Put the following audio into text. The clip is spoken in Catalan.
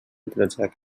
projecte